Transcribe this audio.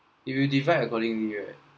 if you divide accordingly right